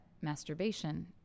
masturbation